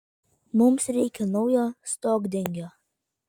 mums reikia naujo stogdengio